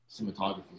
cinematography